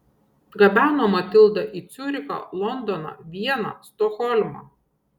gabeno matildą į ciurichą londoną vieną stokholmą